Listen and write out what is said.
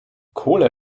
kohle